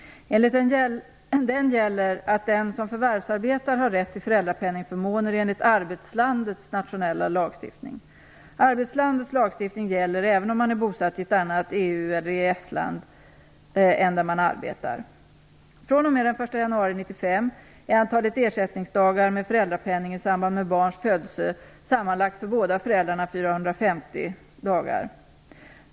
Enligt den gäller att den som förvärvsarbetar har rätt till föräldrapenningförmåner enligt arbetslandets nationella lagstiftning. Arbetslandets lagstiftning gäller även om man är bosatt i ett annat EU eller EES-land än där man arbetar. fr.o.m. den 1 januari 1995 är antalet ersättningsdagar med föräldrapenning i samband med barns födelse sammanlagt för båda föräldrarna 450.